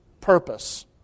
purpose